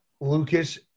Lucas